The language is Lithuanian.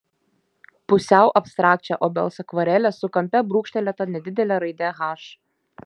pusiau abstrakčią obels akvarelę su kampe brūkštelėta nedidele raide h